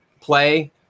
play